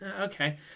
Okay